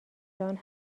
جان